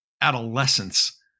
adolescence